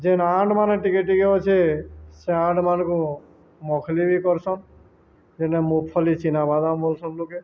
ଯେନ୍ ଆଣ୍ଠମାନେ ଟିକେ ଟିକେ ଅଛେ ସେ ଆଣ୍ଠମାନଙ୍କୁ ମଖଲି ବି କର୍ସନ୍ ଯେନେ ମୁଫଲି ଚିନାବାଦାମ ବୋଲ୍ସନ୍ ଲୋକେ